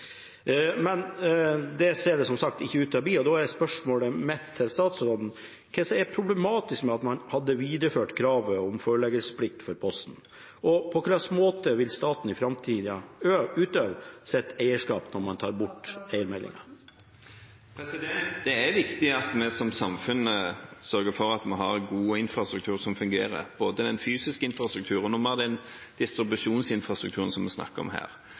ser det som sagt ikke ut til å bli, og da er spørsmålet mitt til statsråden: Hva ville vært problematisk med å videreføre kravet om forleggelsesplikt for Posten, og på hvilken måte vil staten i framtiden utøve sitt eierskap når man tar bort eiermeldingen? Det er viktig at vi som samfunn sørger for at man har en god infrastruktur som fungerer, både når det gjelder den fysiske infrastrukturen og distribusjonsinfrastrukturen som vi snakker om her.